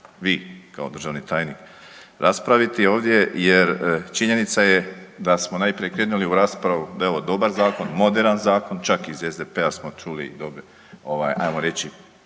vi kao državni tajnik raspraviti ovdje jer činjenica je da smo najprije krenuli u raspravu da je ovo dobar zakon, moderan zakon čak iz SDP-a smo čuli ajmo reći